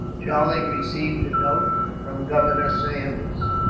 charlie received a note from governor saunders,